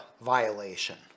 violation